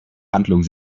handlung